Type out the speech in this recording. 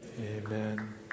amen